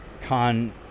Khan